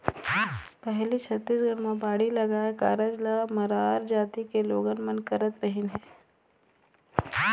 पहिली छत्तीसगढ़ म बाड़ी लगाए कारज ल मरार जाति के लोगन मन करत रिहिन हे